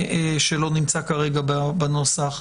שלא נמצא כרגע בנוסח.